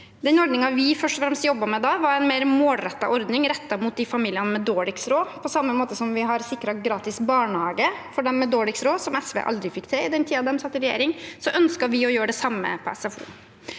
fremst jobbet med da, var en mer målrettet ordning rettet mot familiene med dårligst råd – på samme måte som vi har sikret gratis barnehage for dem med dårligst råd, noe SV aldri fikk til i den tiden de satt i regjering. Så ønsket vi å gjøre det samme på SFO.